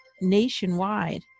nationwide